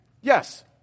Yes